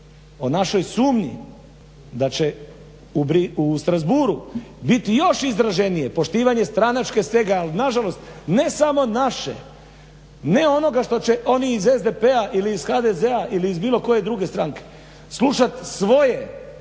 o našoj sumnji da će u Strasbourgu biti još izraženije poštivanje stranačke stege ali nažalost ne samo naše ne onoga što će oni iz SDP-a ili HDZ-a ili iz bilo koje druge stranke slušati svoje,